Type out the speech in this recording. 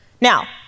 Now